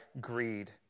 greed